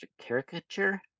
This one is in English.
caricature